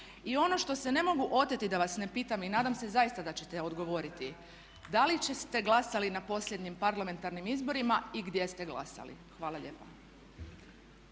I ono što se ne mogu oteti da vas ne pitam i nadam se zaista da ćete odgovoriti da li ste glasali na posljednjim parlamentarnim izborima i gdje ste glasali. Hvala lijepa.